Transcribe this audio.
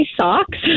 socks